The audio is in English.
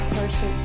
person